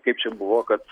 kaip čia buvo kad